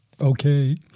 okay